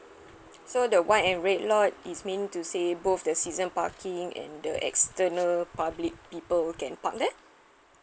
so the white and red lot is mean to say both the season parking and the external public people can park there